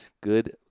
good